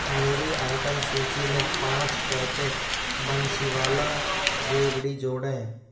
मेरी आइटम सूची में पाँच पैकेट बंसीवाला रेवड़ी जोड़ें